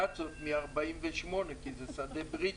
בתצ"אות מ-1948 כי זה שדה בריטי.